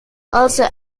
also